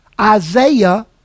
Isaiah